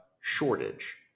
shortage